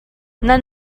nan